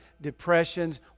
depressions